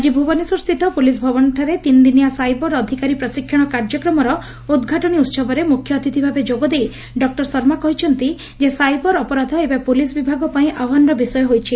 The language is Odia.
ଆଜି ଭୁବନେଶ୍ୱରସ୍ରିତ ପୁଲିସ୍ ଭବନଠାରେ ତିନିଦିନିଆ ସାଇବର ଅଧିକାରୀ ପ୍ରଶିକ୍ଷଣ କାର୍ଯ୍ୟକ୍ମର ଉଦ୍ଘାଟନୀ ଉହବରେ ମୁଖ୍ୟଅତିଥି ଭାବେ ଯୋଗଦେଇ ଡକୁର ଶର୍ମା କହିଛନ୍ତି ଯେ ସାଇବର ଅପରାଧ ଏବେ ପୁଲିସ୍ ବିଭାଗ ପାଇଁ ଆହ୍ୱାନର ବିଷୟ ହୋଇଛି